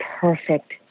perfect